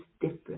different